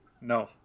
No